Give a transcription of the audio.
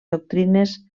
doctrines